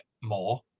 more